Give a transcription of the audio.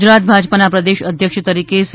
ગુજરાત ભાજપાના પ્રદેશ અધ્યક્ષ તરીકે શ્રી સી